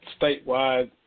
statewide